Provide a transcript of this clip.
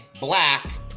black